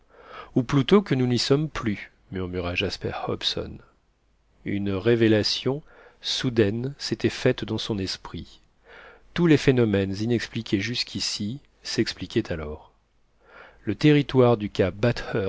ou plutôt que nous n'y sommes plus murmura jasper hobson une révélation soudaine s'était faite dans son esprit tous les phénomènes inexpliqués jusqu'ici s'expliquaient alors le territoire du cap